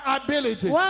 ability